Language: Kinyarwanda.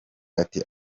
ati